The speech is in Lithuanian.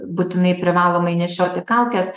būtinai privalomai nešioti kaukes